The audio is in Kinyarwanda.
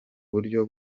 buryo